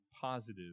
positive